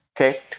Okay